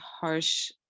harsh